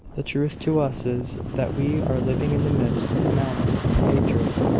the truth to us is, that we are living in the midst of malice and hatred,